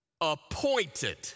appointed